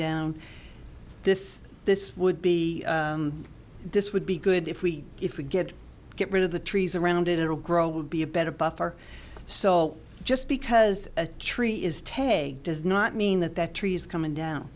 down this this would be this would be good if we if we get get rid of the trees around it it will grow would be a better buffer so just because a tree is teg does not mean that that trees coming down